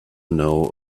know